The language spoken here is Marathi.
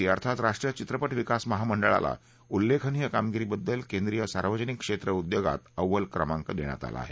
सी अर्थात राष्ट्रीय चित्रपा विकास मंहामंडळाला उल्लेखनीय कामगिरीबद्दल केंद्रीय सार्वजनिक क्षेत्र उद्योगात अवल क्रमांक देण्यात आला आहे